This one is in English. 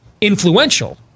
influential